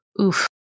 oof